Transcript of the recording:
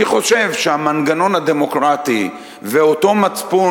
אני חושב שהמנגנון הדמוקרטי ואותו מצפון